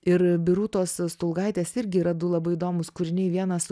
ir birutos stulgaitės irgi yra du labai įdomūs kūriniai vienas